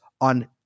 on